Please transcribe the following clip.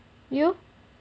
you